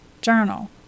journal